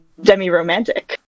demiromantic